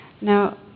Now